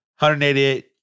188